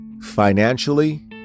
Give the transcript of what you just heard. financially